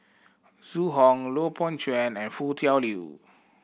Zhu Hong Lui Pao Chuen and Foo Tui Liew